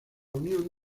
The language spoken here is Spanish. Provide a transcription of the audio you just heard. unión